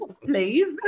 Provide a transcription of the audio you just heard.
please